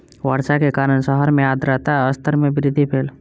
वर्षा के कारण शहर मे आर्द्रता स्तर मे वृद्धि भेल